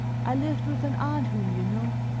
i lived with an aunt whom you know.